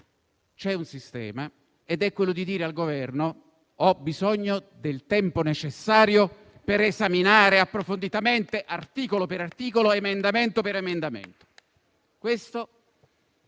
C'è un sistema ed è quello di dire al Governo che abbiamo bisogno del tempo necessario per esaminare approfonditamente il provvedimento, articolo per articolo ed emendamento per emendamento.